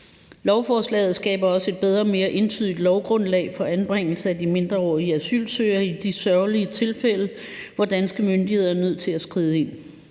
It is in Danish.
Lovforslaget skaber også et bedre og mere entydigt lovgrundlag for anbringelse af de mindreårige asylsøgere i de sørgelige tilfælde, hvor danske myndigheder er nødt til at skride ind.